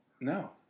No